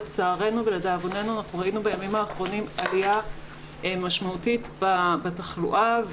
לצערנו ולדאבוננו ראינו בימים האחרונים עלייה משמעותית בתחלואה.